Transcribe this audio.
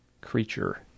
creature